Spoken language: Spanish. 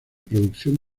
producción